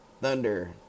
thunder